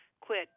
quit